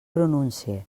pronuncie